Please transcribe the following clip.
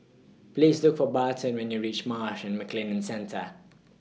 Please Look For Barton when YOU REACH Marsh and McLennan Centre